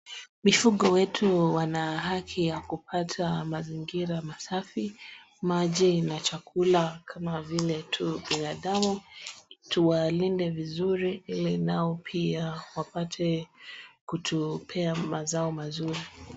Mifugo wetu wana haki ya kupata mazingira masafi maji na chakula kama vile tu binadamu tuwalinde vizuri ili nao pia wapate kutupea mazao mazuri.